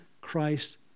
Christ